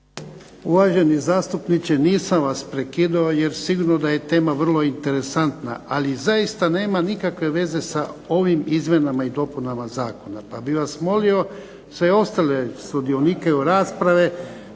Uvaženi zastupniče, nisam vas prekidao jer sigurno da je tema vrlo interesantna, ali zaista nema nikakve veze sa ovim izmjenama i dopunama zakona. Pa bih vas molio sve ostale sudionike u raspravi